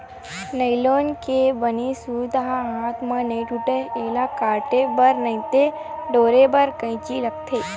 nylon के बने सूत ह हाथ म नइ टूटय, एला काटे बर नइते टोरे बर कइची लागथे